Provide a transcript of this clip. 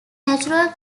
natural